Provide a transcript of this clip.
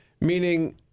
Meaning